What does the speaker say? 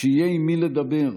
שיהיה עם מי לדבר,